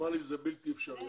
לי שזה בלתי אפשרי.